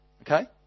Okay